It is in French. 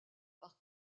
par